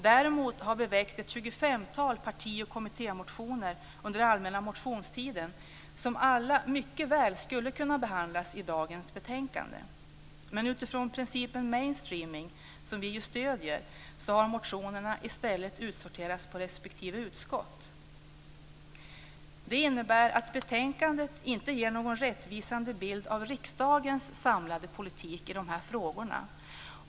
Däremot har vi väckt ca 25 parti och kommittémotioner under den allmänna motionstiden som alla mycket väl skulle kunna behandlas i samband med dagens betänkande. Men utifrån principen med mainstreaming, som vi ju stöder, har motionerna i stället utsorterats på respektive utskott. Det innebär att betänkandet inte ger någon rättvisande bild av riksdagens samlade politik i dessa frågor.